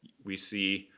we see,